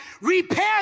repair